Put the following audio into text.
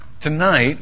tonight